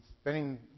spending